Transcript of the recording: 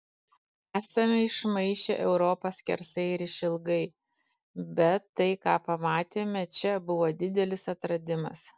esame išmaišę europą skersai ir išilgai bet tai ką pamatėme čia buvo didelis atradimas